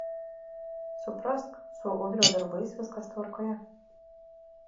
suprask su udrio darbais viskas tvarkoje